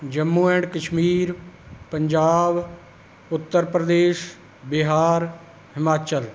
Jammu and Kashmir Punjab Uttar Pradesh Bihar Himachal